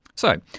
so,